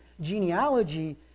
genealogy